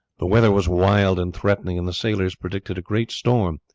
the weather was wild and threatening and the sailors predicted a great storm.